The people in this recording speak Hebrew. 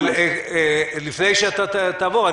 לפני שתעבור,